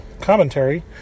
commentary